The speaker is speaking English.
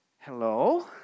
Hello